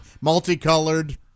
Multicolored